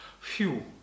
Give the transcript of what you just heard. phew